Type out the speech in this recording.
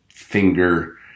finger